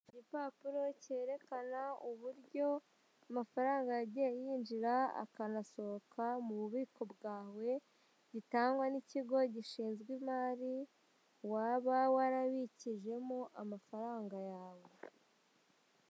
Igipapuro cyerekana uburyo amafaranga yagiye yinjira akanasohoka mu bubiko bwawe gitangwa n’ ikigo gishinzwe imari waba warabikijemo amafaranga yawe.